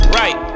right